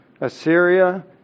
Assyria